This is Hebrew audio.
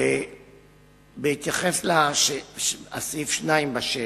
בהתייחס לסעיף 2 בשאילתא,